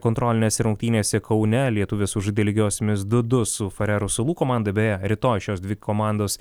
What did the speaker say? kontrolinėse rungtynėse kaune lietuvės sužaidė lygiosiomis du du su farerų salų komanda beje rytoj šios dvi komandos